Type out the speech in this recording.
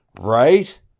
Right